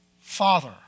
Father